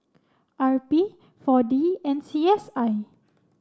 R B four D and C S I